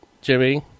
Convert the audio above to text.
Jimmy